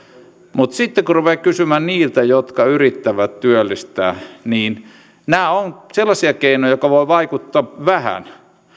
mutta sitten kun ruvetaan kysymään niiltä jotka yrittävät työllistää niin nämä ovat sellaisia keinoja jotka voivat vaikuttaa vähän